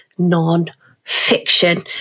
non-fiction